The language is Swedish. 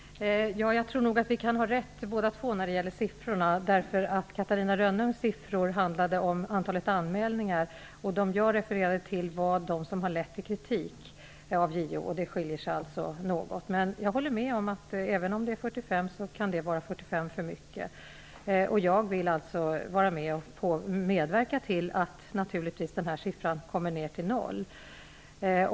Fru talman! Jag tror att vi kan ha rätt båda två när det gäller siffrorna. Catarina Rönnungs siffror handlade om antalet anmälningar och de jag refererade till var de som har lett till kritik från JO. De skiljer sig alltså något. Jag håller med om att även om antalet är 45 kan det vara 45 för mycket. Jag vill naturligtvis medverka till att den här siffran kommer ner till noll.